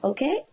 Okay